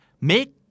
Make